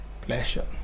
pleasure